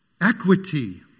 equity